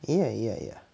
ya ya ya